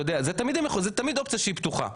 אתה יודע זה תמיד אופציה שהיא פתוחה,